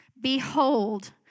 Behold